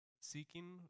seeking